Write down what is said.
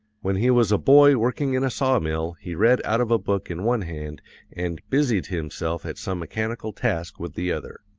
when he was a boy working in a sawmill he read out of a book in one hand and busied himself at some mechanical task with the other.